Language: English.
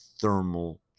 thermal